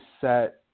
set